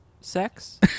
sex